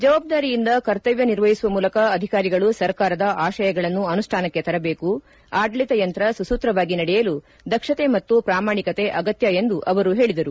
ಜವಾಬ್ದಾರಿಯಿಂದ ಕರ್ತವ್ಯ ನಿರ್ವಹಿಸುವ ಮೂಲಕ ಅಧಿಕಾರಿಗಳು ಸರ್ಕಾರದ ಆಶಯಗಳನ್ನು ಅನುಷ್ಟಾನಕ್ಕೆ ತರಬೇಕು ಆಡಳಿತಯಂತ್ರ ಸುಸೂತ್ರವಾಗಿ ನಡೆಯಲು ದಕ್ಷತೆ ಮತ್ತು ಪಾಮಾಣಿಕತೆ ಅಗತ್ಯ ಎಂದು ಅವರು ಹೇಳಿದರು